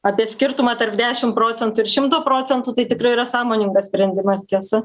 apie skirtumą tarp dešim procentų ir šimto procentų tai tikrai yra sąmoningas sprendimas tiesa